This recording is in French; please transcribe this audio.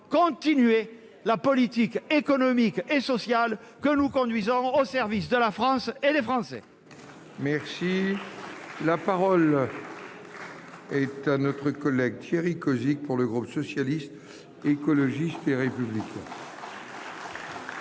continuer la politique économique et sociale que nous conduisons au service de la France et les Français ! La parole est à M. Thierry Cozic, pour le groupe Socialiste, Écologiste et Républicain.